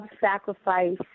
sacrifice